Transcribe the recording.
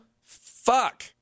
fuck